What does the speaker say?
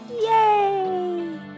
Yay